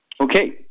Okay